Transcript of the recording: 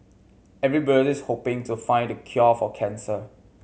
everybody's hoping to find the cure for cancer